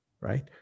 right